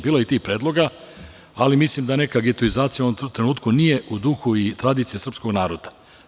Bilo je i tih predloga, ali mislim da neka getoizacija u tom trenutku nije u duhu i tradiciji srpskog naroda.